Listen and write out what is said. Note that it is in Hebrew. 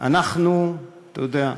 אנחנו, אתה יודע,